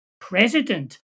president